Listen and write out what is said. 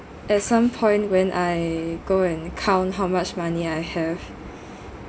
at some point when I go and count how much money I have